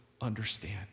understand